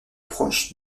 proche